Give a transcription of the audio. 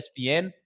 ESPN